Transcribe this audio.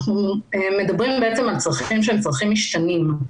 אנחנו בעצם מדברים על צרכים שהם צרכים משתנים.